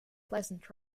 pleasant